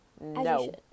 no